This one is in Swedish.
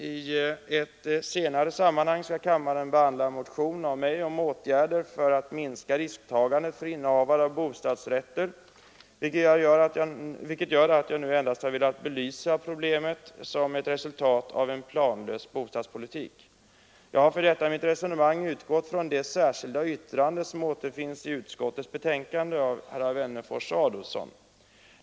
I ett senare sammanhang skall kammaren behandla en motion av mig om åtgärder för att minska risktagandet för innehavare av bostadsrätter, vilket gör att jag nu endast har velat belysa problemet som ett resultat av en planlös bostadspolitik. Jag har för detta mitt resonemang utgått från det särskilda yttrande av herrar Wennerfors och Adolfsson som återfinns i utskottets betänkande.